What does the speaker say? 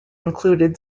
included